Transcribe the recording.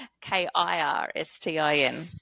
K-I-R-S-T-I-N